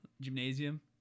gymnasium